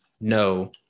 no